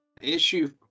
issue